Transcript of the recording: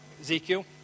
Ezekiel